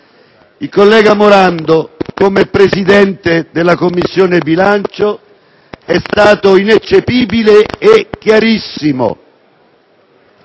Il collega Morando, come presidente della Commissione bilancio, è stato ineccepibile e chiarissimo